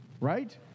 right